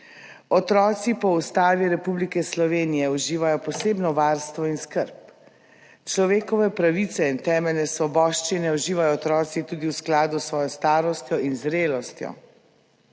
Otroci po Ustavi Republike Slovenije uživajo posebno varstvo in skrb, človekove pravice in temeljne svoboščine uživajo otroci tudi v skladu s svojo starostjo in zrelostjo.